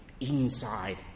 inside